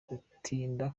gutinda